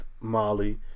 Molly